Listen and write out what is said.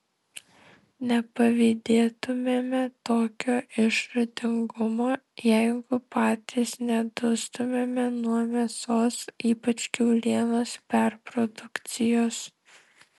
nepavydėtumėme tokio išradingumo jeigu patys nedustumėme nuo mėsos ypač kiaulienos perprodukcijos